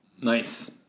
nice